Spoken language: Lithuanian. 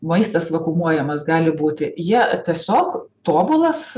maistas vakuumuojamas gali būti jie tiesiog tobulas